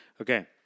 Okay